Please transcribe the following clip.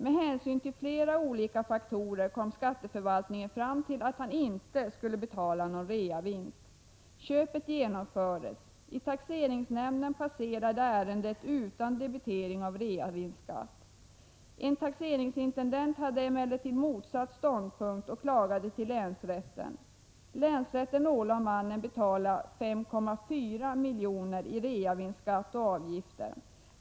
Med hänsyn till flera olika faktorer kom skatteförvaltningen fram till att han inte skulle betala någon reavinstsskatt. Köpet genomfördes. I taxeringsnämnden passerade ärendet utan debitering av reavinstsskatt. En taxeringsintendent hade emellertid motsatt ståndpunkt och klagade till länsrätten. Länsrätten ålade mannen att betala 5,4 miljoner i reavinstsskatt och avgifter.